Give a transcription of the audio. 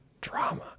drama